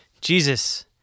Jesus